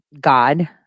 God